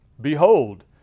Behold